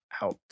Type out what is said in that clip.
out